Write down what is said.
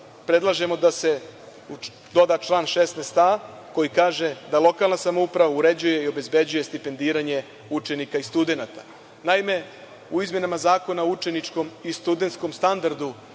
predlažemo da se doda član 16a koji kaže da lokalna samouprava uređuje i obezbeđuje stipendiranje učenika i studenata. Naime, u izmenama Zakona o učeničkom i studentskom standardu